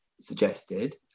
suggested